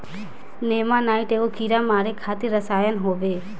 नेमानाइट एगो कीड़ा मारे खातिर रसायन होवे